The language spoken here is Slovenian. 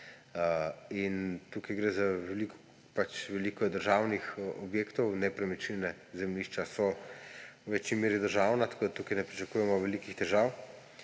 Tukaj gre za veliko državnih objektov. Nepremičnine, zemljišča, so v večji meri država, tako da tukaj ne pričakujemo velikih težav.